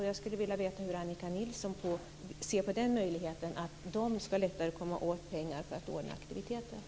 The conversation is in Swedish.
Jag skulle vilja veta hur Annika Nilsson ser på möjligheten att de lättare ska komma åt pengar för att ordna aktiviteter.